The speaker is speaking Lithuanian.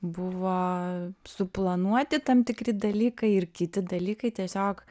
buvo suplanuoti tam tikri dalykai ir kiti dalykai tiesiog